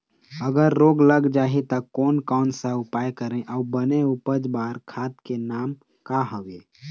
अगर रोग लग जाही ता कोन कौन सा उपाय करें अउ बने उपज बार खाद के नाम का हवे?